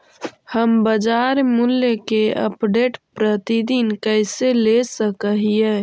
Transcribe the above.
हम बाजार मूल्य के अपडेट, प्रतिदिन कैसे ले सक हिय?